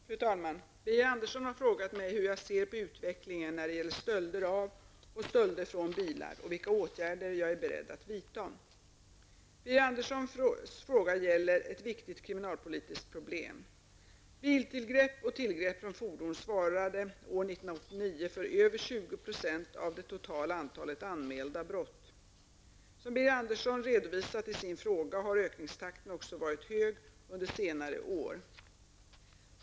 Fru talman! Birger Andersson har frågat mig hur jag ser på utvecklingen när det gäller stölder av och stölder från bilar och vilka åtgärder jag är beredd att vidta. Birger Anderssons fråga gäller ett viktigt kriminalpolitiskt problem. Biltillgrepp och tillgrepp från fordon svarade år 1989 för över 20 % Andersson redovisat i sin fråga har ökningstakten också varit hög under senare år.